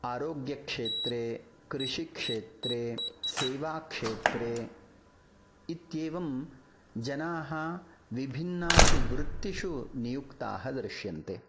आरोग्यक्षेत्रे कृषिक्षेत्रे सेवाक्षेत्रे इत्येवं जनाः विभिन्नासु वृत्तिषु नियुक्ताः दृश्यन्ते